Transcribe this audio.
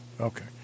Okay